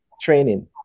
training